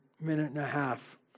minute-and-a-half